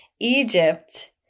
Egypt